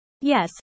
Yes